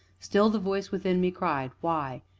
still the voice within me cried why?